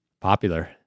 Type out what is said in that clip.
Popular